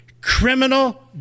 criminal